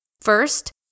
First